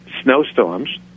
Snowstorms